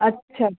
अच्छा